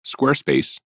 Squarespace